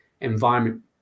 environment